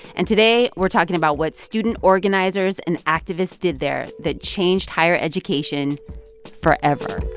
and today we're talking about what student organizers and activists did there that changed higher education forever